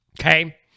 okay